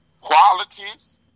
qualities